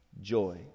joy